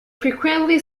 frequently